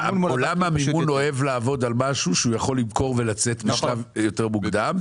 עולם המימון אוהב לעבוד על משהו שהוא יכול למכור ולצאת בשלב יותר מוקדם.